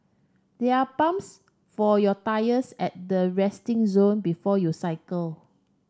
there are pumps for your tyres at the resting zone before you cycle